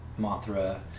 Mothra